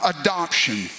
Adoption